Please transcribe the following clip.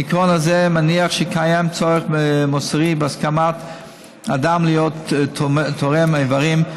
העיקרון הזה מניח שקיים צורך מוסרי בהסכמת אדם להיות תורם איברים,